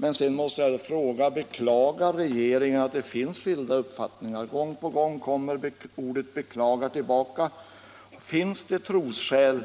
Men sedan måste jag ju fråga: Beklagar då regeringen att det finns skilda uppfattningar? Ordet ”beklagar” återkommer nämligen gång på gång i svaret. Finns det trosskäl,